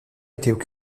étaient